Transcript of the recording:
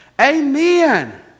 Amen